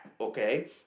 okay